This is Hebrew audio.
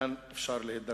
לאן אפשר להידרדר.